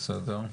בסדר.